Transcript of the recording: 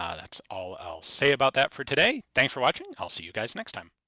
um that's all i'll say about that for today. thanks for watching, i'll see you guys next time.